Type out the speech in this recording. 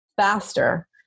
faster